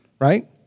right